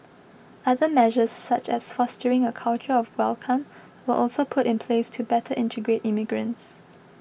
other measures such as fostering a culture of welcome were also put in place to better integrate immigrants